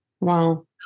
wow